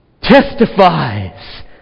testifies